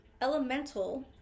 elemental